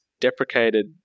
deprecated